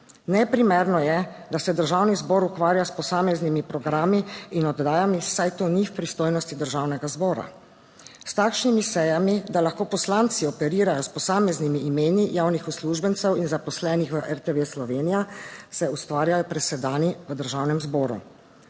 Neprimerno je, da se državni zbor ukvarja s posameznimi programi in oddajami, saj to ni v pristojnosti Državnega zbora. S takšnimi sejami, da lahko poslanci operirajo s posameznimi imeni javnih uslužbencev in zaposlenih v RTV Slovenija, se ustvarjajo presedani v Državnem zboru.